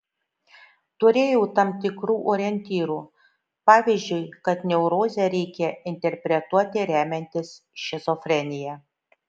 turėjau tam tikrų orientyrų pavyzdžiui kad neurozę reikia interpretuoti remiantis šizofrenija